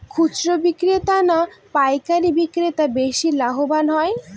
খুচরো বিক্রেতা না পাইকারী বিক্রেতারা বেশি লাভবান হয়?